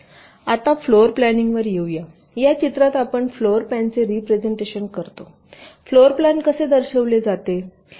आता फ्लोरप्लानिंगवर येऊ या या चित्रात आपण फ्लोरप्लानचे रिप्रेझेन्टेशन कसे करतो फ्लोरप्लान कसे दर्शविले जाते